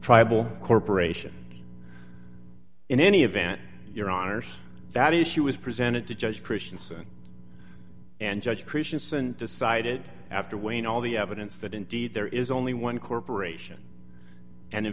tribal corporation in any event your honors that issue was presented to judge christiansen and judge christiansen decided after weighing all the evidence that indeed there is only one corporation and in